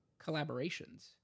collaborations